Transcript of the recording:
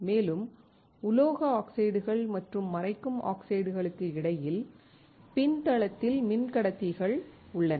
மேலும் உலோக அடுக்குகள் மற்றும் மறைக்கும் ஆக்சைடுகளுக்கு இடையில் பின்தளத்தில் மின்கடத்திகள் உள்ளன